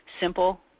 simple